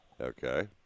Okay